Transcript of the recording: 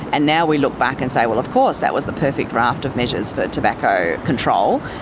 and now we look back and say, well, of course, that was the perfect raft of measures for tobacco control.